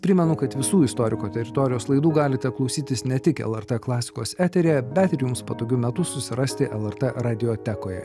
primenu kad visų istoriko teritorijos laidų galite klausytis ne tik lrt klasikos eteryje bet ir jums patogiu metu susirasti lrt radiotekoje